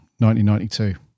1992